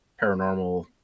paranormal